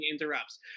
interrupts